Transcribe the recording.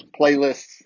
playlists